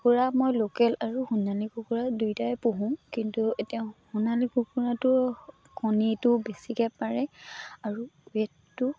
কুকুৰা মই লোকেল আৰু সোণালী কুকুৰা দুয়োটাই পোহোঁ কিন্তু এতিয়া সোণালী কুকুৰাটো কণীটো বেছিকৈ পাৰে আৰু ৱেটটো